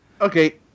Okay